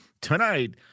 tonight